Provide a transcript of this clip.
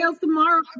tomorrow